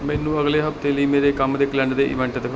ਮੈਨੂੰ ਅਗਲੇ ਹਫ਼ਤੇ ਲਈ ਮੇਰੇ ਕੰਮ ਦੇ ਕੈਲੰਡਰ ਦੇ ਈਵੇਂਟ ਦਿਖਾ